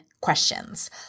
questions